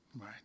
right